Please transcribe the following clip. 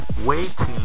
waiting